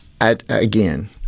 Again